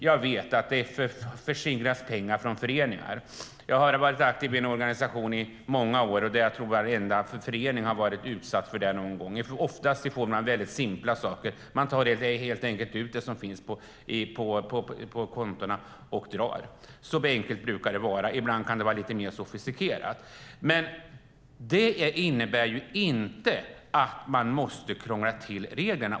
Jag vet att det förskingras pengar från föreningar. Jag har varit aktiv i en organisation i många år, och jag tror att varenda förening har varit utsatt för förskingring någon gång. Det är ofta fråga om simpla saker; man tar helt enkelt ut vad som finns på kontona och drar. Så enkelt brukar det vara. Ibland kan det vara lite mer sofistikerat. Men det innebär inte att man måste krångla till reglerna.